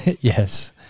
Yes